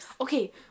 Okay